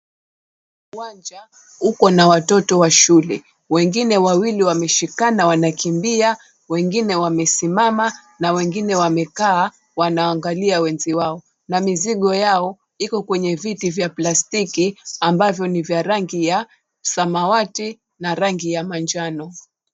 Uwanja ukona watoto wa shule. Wengine wawili wameshikana wanakimbia, wengine wamesimama na wengine wamekaa wanaangalia wenziwao na mizigo yao iko kwenye viti vya plastiki ambavyo ni vya rangi ya samawati na rangi ya manjano.